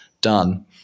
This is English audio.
done